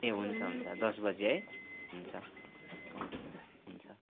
ए हुन्छ हुन्छ दस बजी है हुन्छ हुन्छ हुन्छ